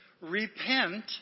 Repent